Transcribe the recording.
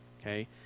Okay